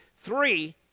Three